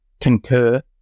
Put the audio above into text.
concur